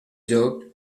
lloc